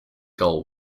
goal